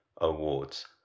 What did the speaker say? Awards